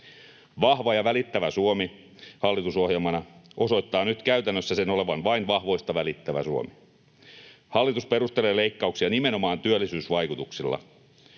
”vahva ja välittävä Suomi” osoittaa nyt käytännössä sen olevan vain vahvoista välittävä Suomi. Hallitus perustelee leikkauksia nimenomaan työllisyysvaikutuksilla.